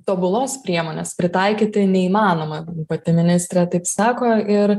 tobulos priemonės pritaikyti neįmanoma pati ministrė taip sako ir